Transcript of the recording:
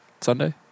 sunday